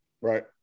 Right